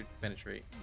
penetrate